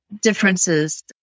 differences